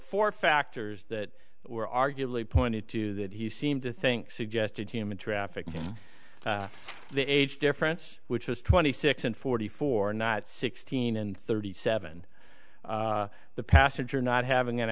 four factors that were arguably pointed to that he seemed to think suggested human trafficking the age difference which was twenty six and forty four not sixteen and thirty seven the passenger not having an